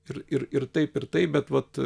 ir ir ir taip ir taip bet vat